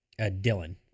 Dylan